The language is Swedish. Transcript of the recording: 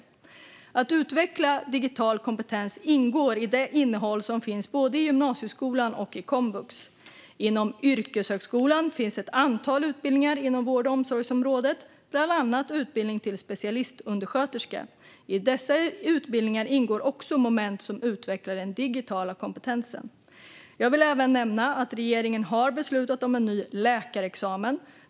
Att utveckla digital kompetens ingår i det innehåll som finns både i gymnasieskolan och i komvux. Inom yrkeshögskolan finns ett antal utbildningar inom vård och omsorgsområdet, bland annat utbildning till specialistundersköterska. I dessa utbildningar ingår också moment som utvecklar den digitala kompetensen. Jag vill även nämna att regeringen har beslutat om en ny läkarexamen.